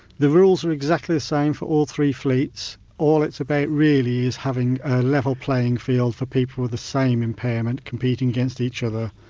rules are exactly the same for all three fleets, all it's about really is having a level playing field for people with the same impairment competing against each other.